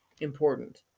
important